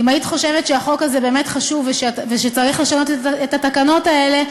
אם היית חושבת שהחוק הזה באמת חשוב ושצריך לשנות את התקנות האלה,